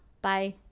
Bye